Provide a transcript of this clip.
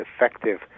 effective